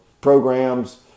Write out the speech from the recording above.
programs